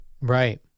Right